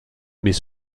mais